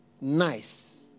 nice